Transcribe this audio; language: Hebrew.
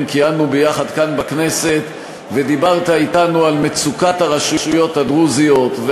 כיהנו ביחד כאן בכנסת ודיברת אתנו על מצוקת הרשויות הדרוזיות,